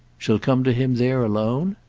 she'll come to him there alone?